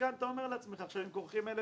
מכאן אתה אומר לעצמך שאם כורכים אלה